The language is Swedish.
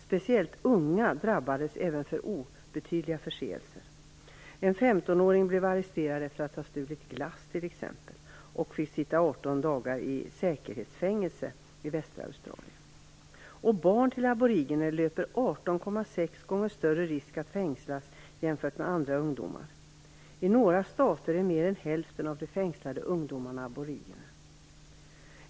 Speciellt unga drabbas även för obetydliga förseelser. En 15-åring blev t.ex. arresterad för att stulit glass och fick sitta 18 dagar i säkerhetsfängelse i västa Australien. Barn till aboriginer löper 18,6 gånger större risk att fängslas jämfört med andra ungdomar. I några stater är mer än hälften av de fängslade ungdomarna aboriginer.